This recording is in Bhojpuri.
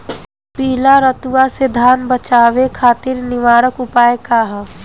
पीला रतुआ से धान बचावे खातिर निवारक उपाय का ह?